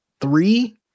three